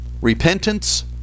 repentance